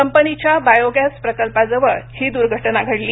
कंपनीच्या बायोगॅस प्रकल्पाजवळ ही द्र्घटना घडली